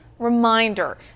reminder